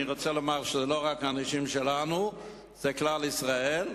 ואני רוצה לומר שאלה לא רק האנשים שלנו אלא כלל ישראל.